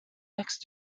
next